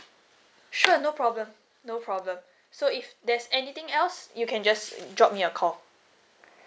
sure no problem no problem so if there's anything else you can just drop me a call